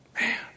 Man